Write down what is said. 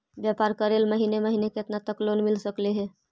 व्यापार करेल महिने महिने केतना तक लोन मिल सकले हे?